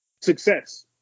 success